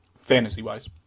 Fantasy-wise